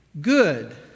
good